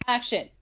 Action